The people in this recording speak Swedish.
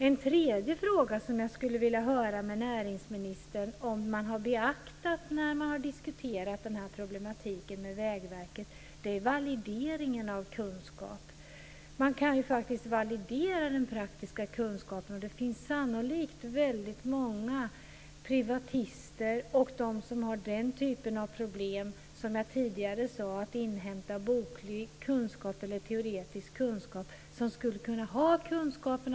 En tredje fråga, som jag skulle vilja höra med näringsministern om man har beaktat när man diskuterat den här problematiken med Vägverket, är valideringen av kunskap. Man kan faktiskt validera den praktiska kunskapen. Det finns sannolikt väldigt många privatister och sådana med den typ av problem jag tidigare tog upp, nämligen problem med att inhämta boklig eller teoretisk kunskap, som skulle kunna ha dessa kunskaper.